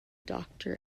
doctor